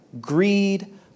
greed